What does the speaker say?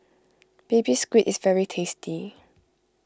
Baby Squid is very tasty